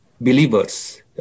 believers